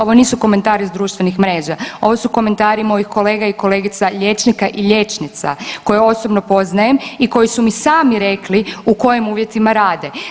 Ovo nisu komentari s društvenih mreža, ovo su komentari mojih kolega i kolegica liječnika i liječnica koje osobno poznajem i koji su mi sami rekli u kojim uvjetima rade.